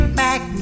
back